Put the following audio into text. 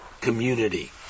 community